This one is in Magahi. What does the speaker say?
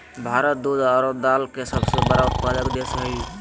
भारत दूध आरो दाल के सबसे बड़ा उत्पादक देश हइ